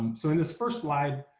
so, in this first slide,